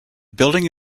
building